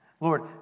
Lord